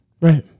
right